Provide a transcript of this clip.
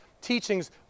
teachings